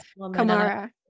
Kamara